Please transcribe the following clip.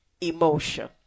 emotion